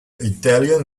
italian